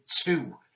two